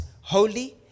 holy